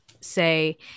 say